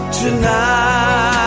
tonight